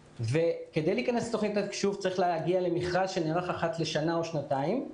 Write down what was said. כדי להיכנס לתוכנית התקשוב צריך להגיע למכרז שנערך אחת לשנה או שנתיים,